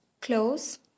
close